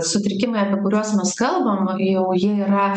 sutrikimai apie kuriuos mes kalbam jau jie yra